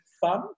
fun